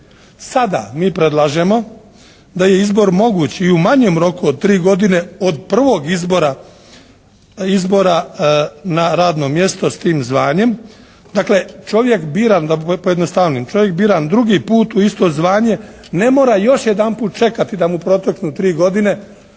Sada mi predlažemo da je izbor moguć i u manjem roku od tri godine od prvog izbora na radno mjesto s tim zvanjem. Dakle, čovjek biran da pojednostavnim, čovjek biran po drugi put u isto zvanje ne mora još jedanput čekati da mu proteknu tri godine,